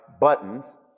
buttons